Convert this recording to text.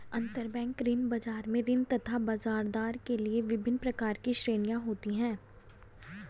अंतरबैंक ऋण बाजार में ऋण तथा ब्याजदर के लिए विभिन्न प्रकार की श्रेणियां होती है